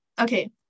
okay